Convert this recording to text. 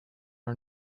our